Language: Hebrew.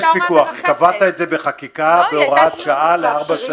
קבעת את זה בחקיקה בהוראת שעה לארבע שנים.